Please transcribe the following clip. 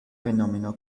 fenómeno